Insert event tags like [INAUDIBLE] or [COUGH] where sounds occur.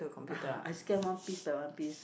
[NOISE] I scan one piece by one piece